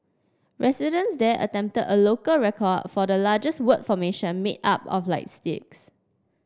residents there attempted a local record for the largest word formation made up of light sticks